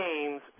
games